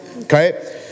Okay